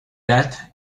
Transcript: that